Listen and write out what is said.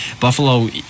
Buffalo